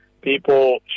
people